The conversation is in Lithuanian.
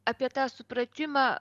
apie tą supratimą